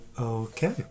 Okay